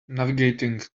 navigating